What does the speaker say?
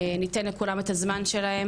ניתן לכולם את הזמן שלהם,